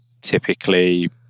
typically